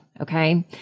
Okay